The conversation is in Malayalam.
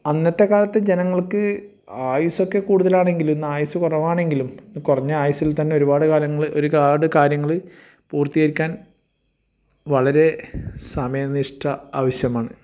അന്നത്തെ കാലത്ത് ജനങ്ങൾക്ക് ആയുസ് ഒക്കെ കൂടുതലാണെങ്കിലും ഇന്ന് ആയുസ്സ് കുറവാണെങ്കിലും കുറഞ്ഞ ആയുസ്സിൽ തന്നെ ഒരുപാട് കാലങ്ങൾ ഒരുപാട് കാര്യങ്ങൾ പൂർത്തീകരിക്കാൻ വളരെ സമയനിഷ്ഠ ആവശ്യമാണ്